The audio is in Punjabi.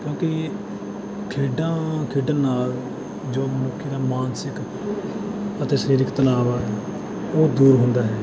ਕਿਉਂਕਿ ਖੇਡਾਂ ਖੇਡਣ ਨਾਲ ਜੋ ਮਨੁੱਖ ਦਾ ਮਾਨਸਿਕ ਅਤੇ ਸਰੀਰਕ ਤਨਾਅ ਆ ਉਹ ਦੂਰ ਹੁੰਦਾ ਹੈ